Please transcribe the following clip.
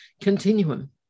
Continuum